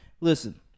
listen